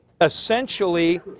essentially